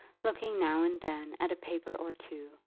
looking now and then at a paper or two,